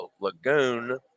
lagoon